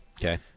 Okay